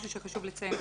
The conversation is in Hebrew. זה דבר שחשוב לציין כאן.